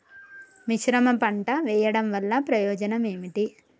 మిశ్రమ పంట వెయ్యడం వల్ల ప్రయోజనం ఏమిటి?